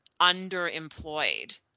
underemployed